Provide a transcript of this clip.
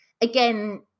Again